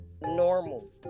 normal